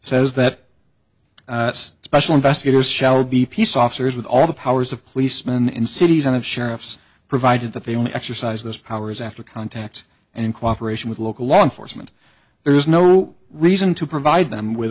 says that special investigators shall be peace officers with all the powers of policeman in cities and of sheriffs provided that they will exercise those powers after contact and in cooperation with local law enforcement there is no reason to provide them with